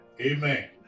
Amen